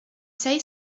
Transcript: say